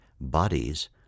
bodies